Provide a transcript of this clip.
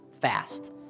fast